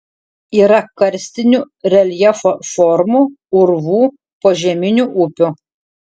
yra karstinių reljefo formų urvų požeminių upių